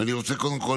ואני רוצה קודם כול